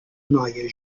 noia